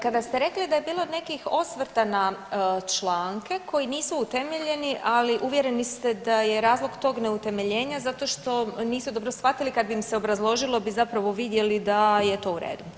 Kada ste rekli da je bilo nekih osvrta na članke koji nisu utemeljeni, ali uvjereni ste da je razlog tog neutemeljenja zato što niste dobro shvatili kad bi im se obrazložilo bi zapravo vidjeli da je to u redu.